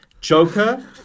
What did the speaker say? Joker